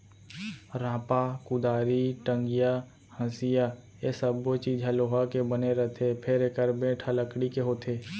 रांपा, कुदारी, टंगिया, हँसिया ए सब्बो चीज ह लोहा के बने रथे फेर एकर बेंट ह लकड़ी के होथे